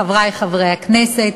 חברי חברי הכנסת,